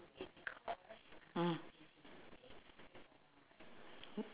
mm